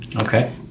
Okay